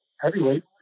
heavyweight